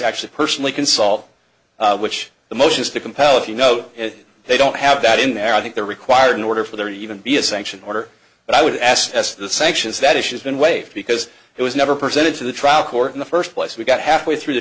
actually personally can solve which the motions to compel if you know they don't have that in there i think they're required in order for there to even be a sanction order but i would ask as the sanctions that issue's been waived because it was never presented to the trial court in the first place we got halfway through the